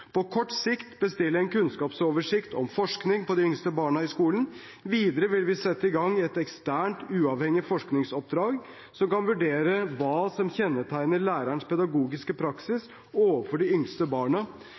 På kort sikt vil vi bestille en kunnskapsoversikt om forskning på de yngste barna i skolen. Videre vil vi sette i gang et eksternt, uavhengig forskningsoppdrag som kan vurdere hva som kjennetegner lærernes pedagogiske praksis overfor de yngste barna,